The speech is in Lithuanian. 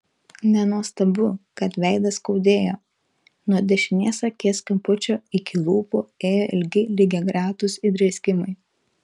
nenuostabu kad veidą skaudėjo nuo dešinės akies kampučio iki lūpų ėjo ilgi lygiagretūs įdrėskimai